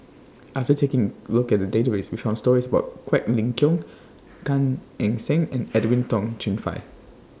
after taking Look At The Database We found stories about Quek Ling Kiong Gan Eng Seng and Edwin Tong Chun Fai